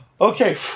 Okay